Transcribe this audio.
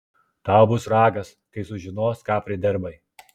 tau bus ragas kai sužinos ką pridirbai